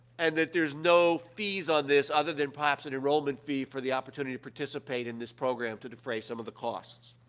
and that there's no fees on this other than, perhaps, an enrollment fee for the opportunity to participate in this program to defray some of the costs.